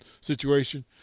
situation